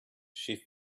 she